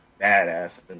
badass